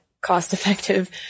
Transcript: cost-effective